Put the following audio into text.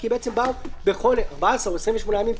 כי באו כל 14 או 28 ימים,